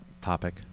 topic